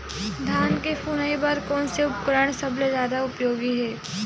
धान के फुनाई बर कोन से उपकरण सबले जादा उपयोगी हे?